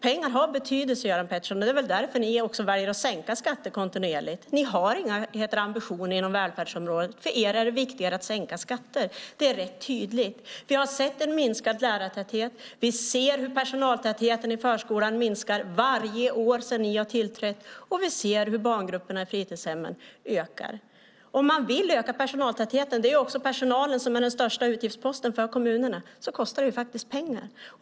Pengar har betydelse, Göran Pettersson. Det är väl därför ni väljer att sänka skatter kontinuerligt. Ni har inga ambitioner inom välfärdsområdet; för er är det viktigare att sänka skatter. Det är rätt tydligt. Vi har sett en minskad lärartäthet. Vi ser hur personaltätheten har minskat varje år sedan ni tillträdde, och vi ser hur barngrupperna i fritidshemmen ökar. Om man vill öka personaltätheten - personalen är den största utgiftsposten för kommunerna - kostar det pengar.